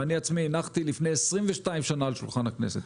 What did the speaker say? ואני עצמי הנחתי לפי 22 שנה על שולחן הכנסת.